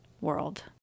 world